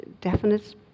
definite